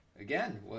Again